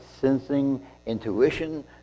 sensing-intuition